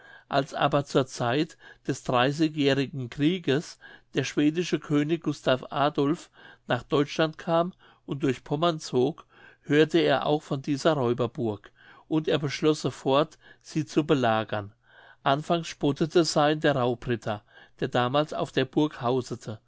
als aber zur zeit des dreißigjährigen krieges der schwedische könig gustav adolph nach deutschland kam und durch pommern zog hörte er auch von dieser räuberburg und er beschloß sofort sie zu belagern anfangs spottete sein der raubritter der damals auf der burg